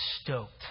stoked